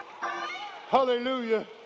Hallelujah